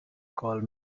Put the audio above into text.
call